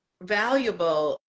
valuable